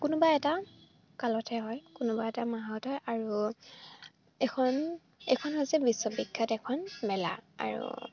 কোনোবা এটা কালতহে হয় কোনোবা এটা মাহত হয় আৰু এখন এইখন হৈছে বিশ্ববিখ্যাত এখন মেলা আৰু